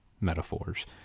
metaphors